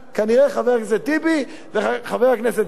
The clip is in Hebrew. כנראה חבר הכנסת טיבי וחבר הכנסת גפני.